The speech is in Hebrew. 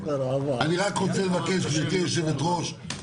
גברתי היושבת-ראש,